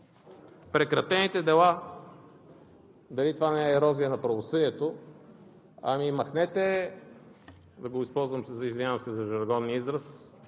Прекратените дела – дали това не е ерозия на правосъдието. Махнете – извинявам се за жаргонния израз,